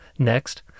next